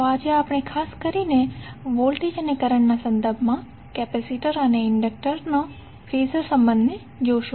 તો આજે આપણે ખાસ કરીને વોલ્ટેજ અને કરંટના સંદર્ભમાં કેપેસિટર અને ઇન્ડેક્ટર ફેઝર સંબંધ જોશું